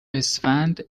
اسفند